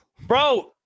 Bro